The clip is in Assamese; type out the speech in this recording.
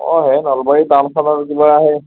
অঁ সেই নলবাৰী টাউনখনৰ কিবা সেই